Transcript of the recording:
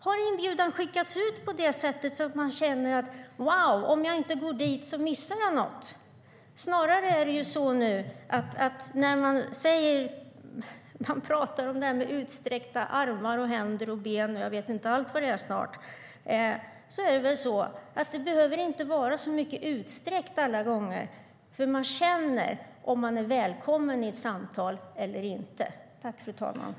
Har inbjudan skickats ut på ett sådant sätt att man känner att om man inte går dit så missar man något?